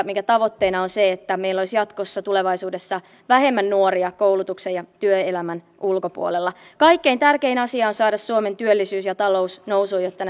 minkä tavoitteena on se että meillä olisi jatkossa tulevaisuudessa vähemmän nuoria koulutuksen ja työelämän ulkopuolella kaikkein tärkein asia on saada suomen työllisyys ja talous nousuun jotta